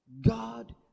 God